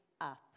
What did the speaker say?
up